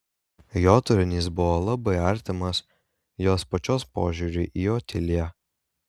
jo turinys buvo labai artimas jos pačios požiūriui į otiliją